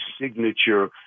signature